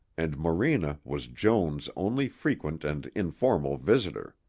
and morena was joan's only frequent and informal visitor.